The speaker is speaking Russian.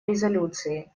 резолюции